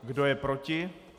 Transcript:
Kdo je proti?